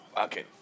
Okay